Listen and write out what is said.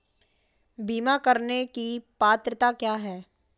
बीमा करने की पात्रता क्या है?